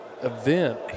event